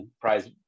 prize